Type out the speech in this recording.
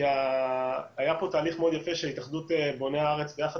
היה פה תהליך מאוד יפה שהתאחדות בוני הארץ ביחד